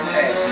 Hey